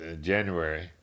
January